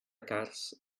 cards